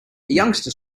youngster